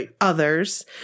others